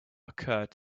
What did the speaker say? occured